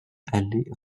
allée